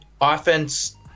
offense